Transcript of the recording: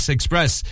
Express